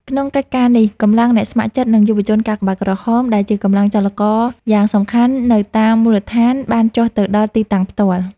ក្នុងកិច្ចការនេះ កម្លាំងអ្នកស្ម័គ្រចិត្ត និងយុវជនកាកបាទក្រហម ដែលជាកម្លាំងចលករយ៉ាងសំខាន់នៅតាមមូលដ្ឋាន បានចុះទៅដល់ទីតាំងផ្ទាល់។